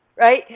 Right